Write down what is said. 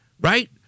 right